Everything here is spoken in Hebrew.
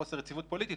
חוסר יציבות פוליטית,